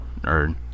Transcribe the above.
Nerd